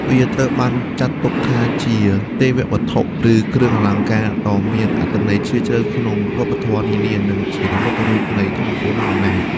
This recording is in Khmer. វាត្រូវបានចាត់ទុកថាជាទេវវត្ថុឬគ្រឿងអលង្ការដ៏មានអត្ថន័យជ្រាលជ្រៅក្នុងវប្បធម៌នានា និងជានិមិត្តរូបនៃថាមពល និងអំណាច។